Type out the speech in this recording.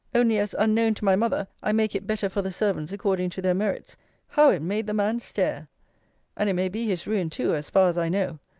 only as, unknown to my mother, i make it better for the servants according to their merits how it made the man stare and it may be his ruin too, as far as i know.